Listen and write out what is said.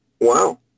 Wow